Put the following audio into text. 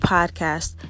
Podcast